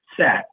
set